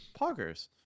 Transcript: Poggers